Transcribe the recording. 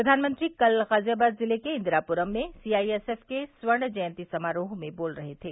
प्रधानमंत्री कल गाजियाबाद जिले में इंदिरापुरम में सीआईएसएफ के स्वर्ण जयंती समारोह में बोल रहे थे